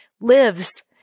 lives